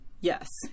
yes